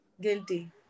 Guilty